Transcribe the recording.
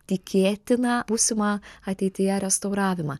tikėtiną būsimą ateityje restauravimą